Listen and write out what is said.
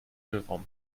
wickelraum